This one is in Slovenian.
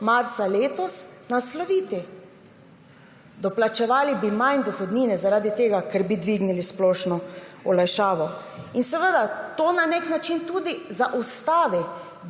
marca letos, nasloviti. Doplačevali bi manj dohodnine zaradi tega, ker bi dvignili splošno olajšavo. In seveda, to na nek način tudi zaustavi